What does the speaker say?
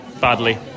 badly